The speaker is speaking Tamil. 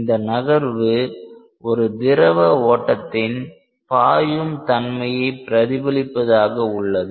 இந்த நகர்வு ஒரு திரவ ஓட்டத்தின் பாயும் தன்மையை பிரதிபலிப்பதாக உள்ளது